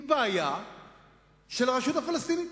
היא בעיה של הרשות הפלסטינית,